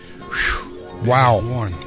Wow